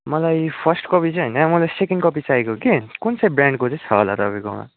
मलाई first copy चाहिँ होइन मलाई सेकेन्ड कपी चाहिएको कि कुन चाहिँ ब्रान्डको चाहिँ छ होला तपाईँकोमा